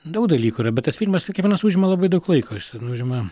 daug dalykų yra bet tas filmas kiekvienas užima labai daug laiko užima